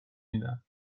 میدم